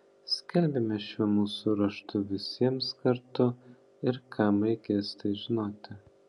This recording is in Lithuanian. skelbiame šiuo mūsų raštu visiems kartu ir kam reikės tai žinoti